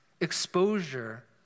exposure